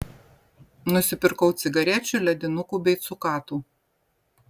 nusipirkau cigarečių ledinukų bei cukatų